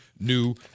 new